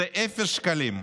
זה אפס שקלים.